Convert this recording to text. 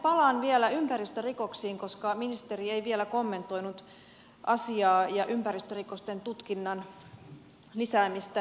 palaan vielä ympäristörikoksiin koska ministeri ei vielä kommentoinut asiaa ja ympäristörikosten tutkinnan lisäämistä